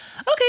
Okay